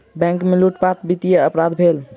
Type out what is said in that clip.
bank में लूटपाट वित्तीय अपराध भेल